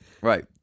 Right